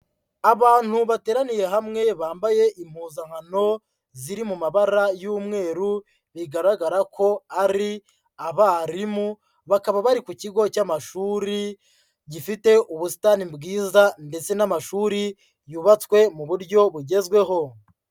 Abantu bateraniye hamwe bambaye impuzankano ziri mu mabara y'umweru bigaragara ko ari abarimu, bakaba bari ku kigo cy'amashuri gifite ubusitani bwiza ndetse n'amashuri yubatswe mu buryo bugezweho.